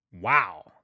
Wow